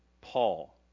Paul